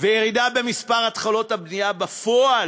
ויש ירידה במספר התחלות הבנייה בפועל,